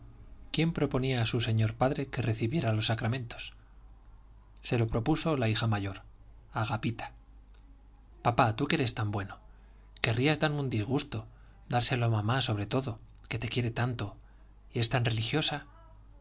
quién proponía a su señor padre que recibiera los sacramentos se lo propuso la hija mayor agapita papá tú que eres tan bueno querrías darme un disgusto dárselo a mamá sobre todo que te quiere tanto y es tan religiosa